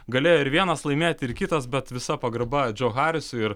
galėjo ir vienas laimėti ir kitas bet visa pagarba džo harisui ir